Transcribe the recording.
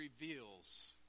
reveals